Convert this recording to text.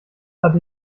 hatte